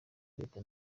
leta